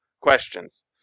questions